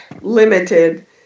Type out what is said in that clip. limited